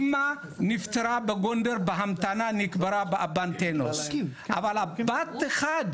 אמא נפטרה בגונדר, בהמתנה, נקברה שם, אבל בת אחת,